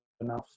enough